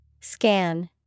scan